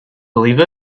believe